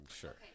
Sure